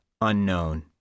unknown